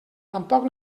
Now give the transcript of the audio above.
tampoc